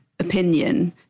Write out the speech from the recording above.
Opinion